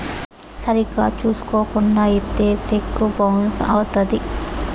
సరిగ్గా చూసుకోకుండా ఇత్తే సెక్కు బౌన్స్ అవుత్తది